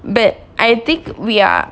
but I think we are